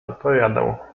odpowiadał